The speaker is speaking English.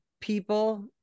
people